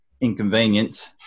inconvenience